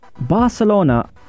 Barcelona